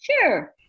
sure